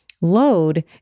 load